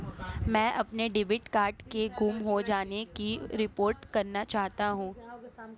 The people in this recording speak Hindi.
मैं अपने डेबिट कार्ड के गुम हो जाने की रिपोर्ट करना चाहता हूँ